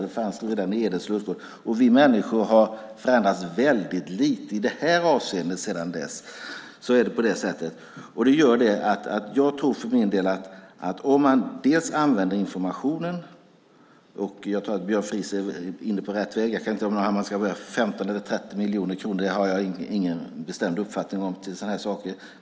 Det var så redan i hedenhös, och vi människor har förändrats väldigt lite i det avseendet. Jag tror för min del att man ska använda informationen, och jag tror att Björn Fries är inne på rätt väg. Jag kan inte ha någon bestämd uppfattning om ifall det ska vara 15 eller 30 miljoner.